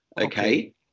Okay